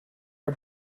her